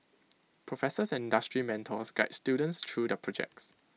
professors and industry mentors guide students through their projects